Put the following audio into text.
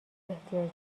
احتیاج